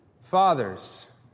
fathers